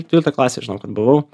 dvyliktoj klasėj žinau kad buvau